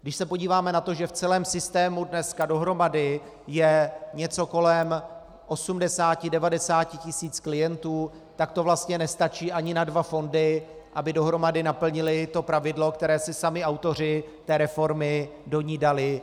Když se podíváme na to, že v celém systému dneska dohromady je něco kolem 8090 tisíc klientů, tak to vlastně nestačí ani na dva fondy, aby dohromady naplnily pravidlo, které si sami autoři reformy do ní dali.